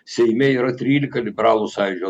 seime yra trylika liberalų sąjūdžio